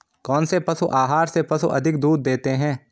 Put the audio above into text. कौनसे पशु आहार से पशु अधिक दूध देते हैं?